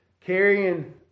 carrying